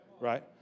Right